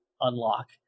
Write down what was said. unlock